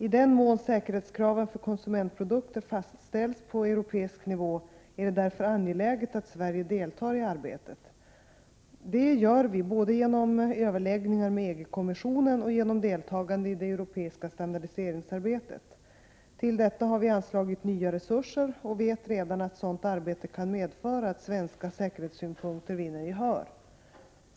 I den mån säkerhetskraven för konsumentprodukter fastställs på europeisk nivå är det därför angeläget att Sverige deltar i arbetet. Detta gör vi både genom överläggningar med EG-kommissionen och genom deltagande i det europeiska standardiseringsarbetet. Till detta har vi anslagit nya resurser och vet redan att sådant arbete kan medföra att svenska säkerhetssynpunkter vinner gehör.